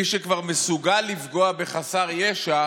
מי שכבר מסוגל לפגוע בחסר ישע,